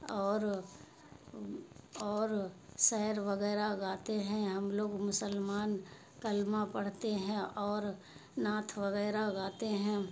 اور اور شعر وغیرہ گاتے ہیں ہم لوگ مسلمان کلمہ پڑھتے ہیں اور نعت وغیرہ گاتے ہیں